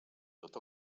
tot